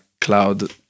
cloud